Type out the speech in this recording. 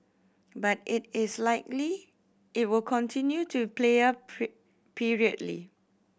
but it is likely it will continue to played up periodically